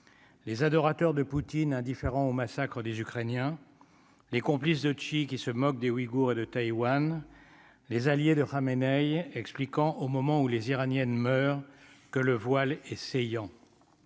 les adorateurs de Poutine, indifférent au massacre des Ukrainiens, les complices de Chick qui se moque des Ouïgours et de Taïwan, les alliés de Khamenei, expliquant au moment où les iranienne Mehr que le voile essayant